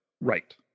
right